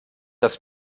das